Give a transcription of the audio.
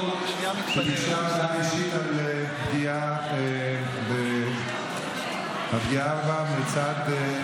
היא ביקשה הודעה אישית על פגיעה בה מצד,